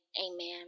amen